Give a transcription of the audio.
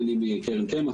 אני מקרן קמח,